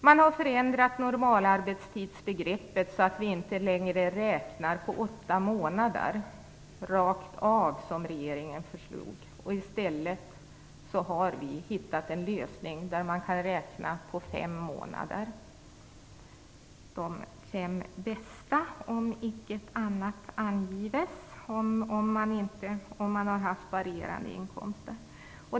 Normalarbetstidsbegreppet har förändrats så att beräkningen inte längre sker på underlag av åtta månader, rakt av så som regeringen har föreslagit. I stället finns det nu en lösning med en beräkning som sker på underlag av de fem bästa månaderna - om icke annat angives - vid varierande inkomster.